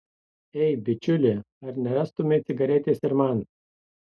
ei bičiuli ar nerastumei cigaretės ir man